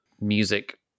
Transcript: Music